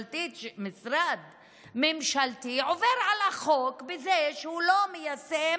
משרד ממשלתי עובר על החוק בזה שהוא לא מיישם